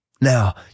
Now